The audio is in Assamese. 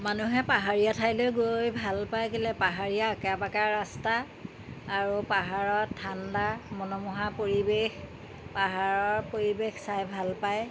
মানুহে পাহাৰীয়া ঠাইলৈ গৈ ভাল পায় কলে পাহাৰীয়া একা বেকা ৰাস্তা আৰু পাহাৰত ঠাণ্ডা মনোমোহা পৰিৱেশ পাহাৰৰ পৰিৱেশ চাই ভাল পায়